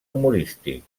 humorístic